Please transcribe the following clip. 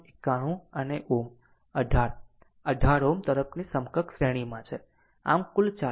91 અને Ω અને 18 18 Ω તરફની સમકક્ષ શ્રેણીમાં છે